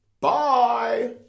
Bye